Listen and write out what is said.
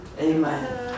Amen